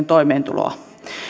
toimeentuloa